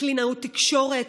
קלינאות תקשורת,